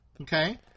Okay